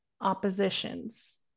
oppositions